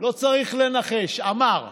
לא צריך לנחש, הוא אמר.